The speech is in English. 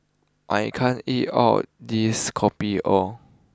I can't eat all this Kopi O